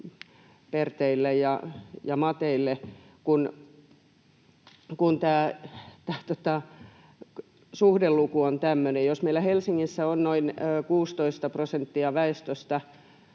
perteille ja mateille, kun tämä suhdeluku on tämmöinen. Jos meillä Helsingissä on noin 16 prosenttia väestöstä